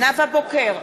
נאוה בוקר,